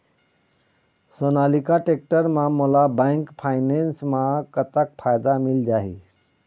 Sonalika tractor म मोला bank finance म कतक फायदा मिल जाही?